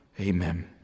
amen